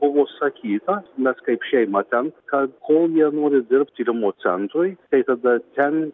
buvo sakyta bet kaip šeima ten kad kol jie nori dirbt tyrimo centrui tai tada ten